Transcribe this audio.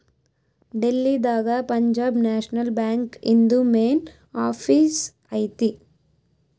ಡೆಲ್ಲಿ ದಾಗ Punjab national bank ಇಂದು main office ಐತಿ